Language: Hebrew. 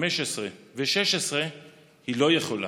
15 ו-16 היא לא יכולה.